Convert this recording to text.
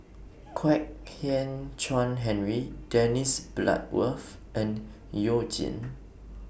Kwek Hian Chuan Henry Dennis Bloodworth and YOU Jin